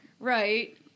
Right